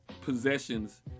possessions